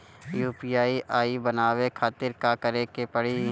UPI बनावे के खातिर का करे के पड़ी?